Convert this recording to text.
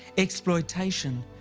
exploitation.